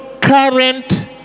current